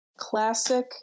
Classic